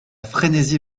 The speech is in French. frénésie